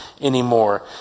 anymore